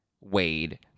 Wade